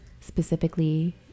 specifically